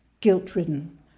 guilt-ridden